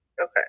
Okay